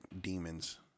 demons